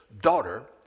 daughter